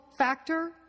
factor